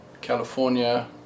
California